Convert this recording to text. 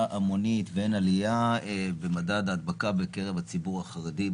המונית ואין עלייה במדד ההדבקה בקרב הציבור החרדי.